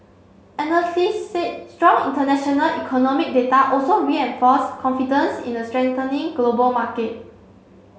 analysts said strong international economic data also reinforced confidence in a strengthening global market